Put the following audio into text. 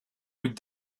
would